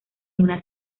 una